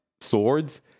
swords